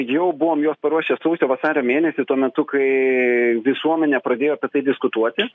jau buvom juos paruošę sausio vasario mėnesį tuo metu kai visuomenė pradėjo apie tai diskutuoti